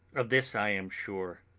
of this i am sure